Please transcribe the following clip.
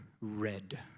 Red